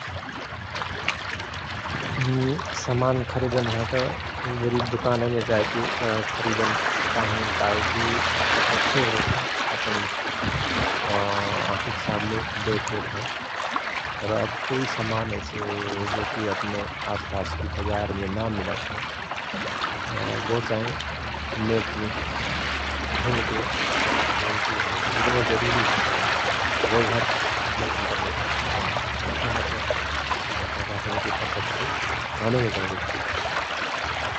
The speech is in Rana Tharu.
समान खरिदन हयत एकवरि दुकानयमे जायके खरिदन चाहङगो काहेकि प्रतक्ष होत हय अपन आँखिक सामने देखलेतहएं । तर अव कुई समान ऐसो जोकि अपने आसपासके बजारमे ना मिलत हयं तओ बो चाहिं नेटमे ढुणके जौनकि हमय एकदमय जरुरी हय तओ बो भर मतलव इन्टरनेट मे ढुणत हयं । नत का कहत कि प्रतक्ष दुकानयमे जाएके खरिदत ।